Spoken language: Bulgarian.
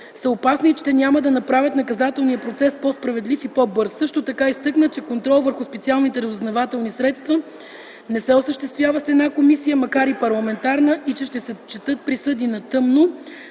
са опасни и че те няма да направят наказателния процес по-справедлив и по-бърз. Също така изтъкна, че контрол върху специалните разузнавателни средства не се осъществява с една комисия, макар и парламентарна, и че ще се четат присъди „на тъмно”,